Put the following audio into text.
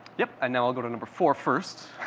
yep, and now i'll go to number four first,